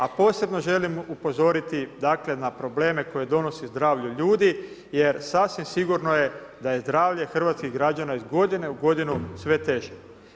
A posebno želim upozoriti, dakle na probleme koje donosi zdravlju ljudi, jer sasvim sigurno je da je zdravlje hrvatskih građana iz godine u godinu sve teže.